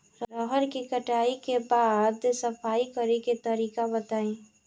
रहर के कटाई के बाद सफाई करेके तरीका बताइ?